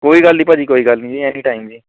ਕੋਈ ਗੱਲ ਨਹੀਂ ਭਾਅ ਜੀ ਕੋਈ ਗੱਲ ਨਹੀਂ ਜੀ ਐਨੀ ਟਾਈਮ ਜੀ